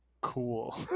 cool